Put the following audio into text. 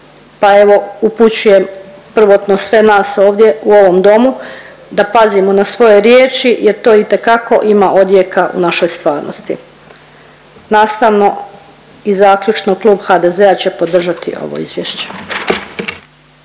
pa evo upućujem prvotno sve nas ovdje u ovom domu da pazimo na svoje riječi jer to itekako ima odjeka u našoj stvarnosti. Nastavno i zaključno, Klub HDZ-a će podržati ovo izvješće.